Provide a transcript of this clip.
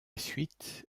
suite